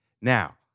Now